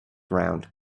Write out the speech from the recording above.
round